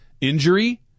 injury